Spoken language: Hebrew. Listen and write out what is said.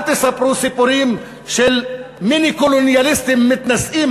אל תספרו סיפורים של מיני-קולוניאליסטים מתנשאים